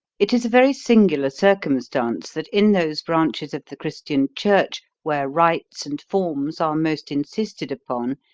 it is a very singular circumstance, that in those branches of the christian church where rites and forms are most insisted upon,